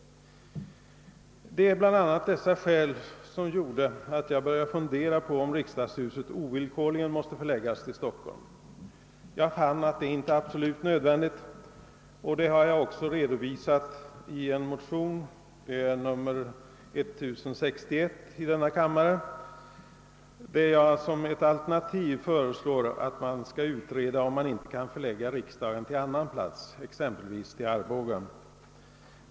Bland annat dessa skäl har föranlett mig att börja fundera på om riksdagshuset ovillkorligen måste förläggas till Stockholm. Jag fann att det inte är absolut nödvändigt. Det har jag också redovisat i en motion, II: 1061, där jag som ett alternativ föreslår att man skall utreda om riksdagen inte kan förläggas till annan plats, exempelvis Arboga.